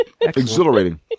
Exhilarating